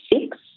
six